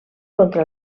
contra